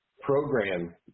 program